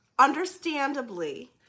understandably